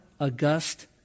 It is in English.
august